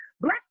Black